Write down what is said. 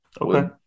Okay